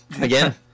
again